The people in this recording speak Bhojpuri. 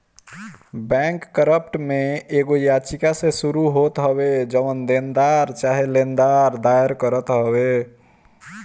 बैंककरप्ट में एगो याचिका से शुरू होत हवे जवन देनदार चाहे लेनदार दायर करत हवे